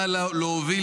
לא שווה